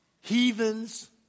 heathens